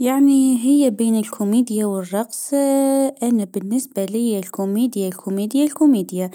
يعني هي بين الكوميديا والرقص انا بالنسبة ليا الكوميديا الكوميديا الكوميديا